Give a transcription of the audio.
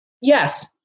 Yes